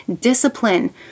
discipline